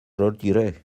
retiré